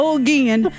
again